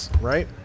right